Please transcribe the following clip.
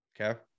Okay